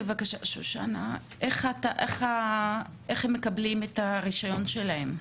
איך הן מקבלות את הרישיון שלהן?